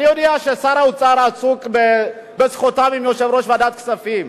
אני יודע ששר האוצר עסוק עם יושב-ראש ועדת כספים,